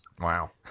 Wow